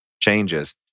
changes